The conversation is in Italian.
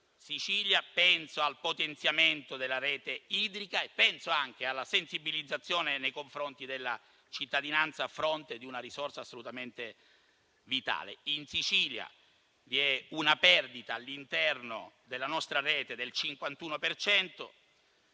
Sicilia, penso al potenziamento della rete idrica e penso anche alla sensibilizzazione nei confronti della cittadinanza a fronte di una risorsa assolutamente vitale. In Sicilia vi è una perdita all'interno della nostra rete del 51